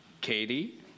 Katie